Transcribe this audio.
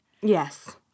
yes